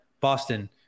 Boston